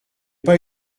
pas